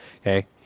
Okay